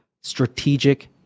strategic